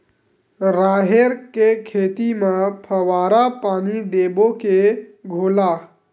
राहेर के खेती म फवारा पानी देबो के घोला?